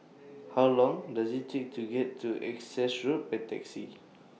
How Long Does IT Take to get to Essex Road By Taxi